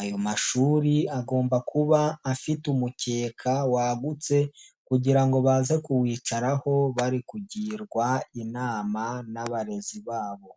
ayo mashuri agomba kuba afite umukeka wagutse kugira ngo baze kuwicaraho bari kugirwa inama n'abarezi babo.